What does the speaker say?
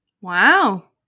Wow